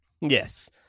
Yes